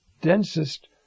densest